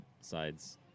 sides